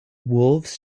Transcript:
wolves